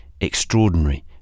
extraordinary